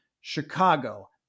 Chicago